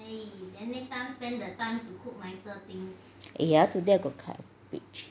eh ya today I got cutlet in the fridge